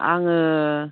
आङो